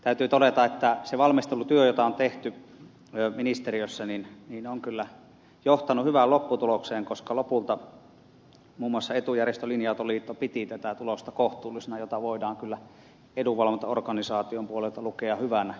täytyy todeta että se valmistelutyö jota on tehty ministeriössä on kyllä johtanut hyvään lopputulokseen koska lopulta muun muassa etujärjestö linja autoliitto piti tätä tulosta kohtuullisena mikä voidaan kyllä edunvalvontaorganisaation puolelta lukea hyväksi lopputulemaksi